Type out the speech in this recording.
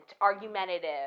argumentative